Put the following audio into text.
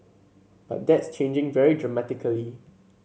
but that's changing very dramatically